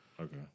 Okay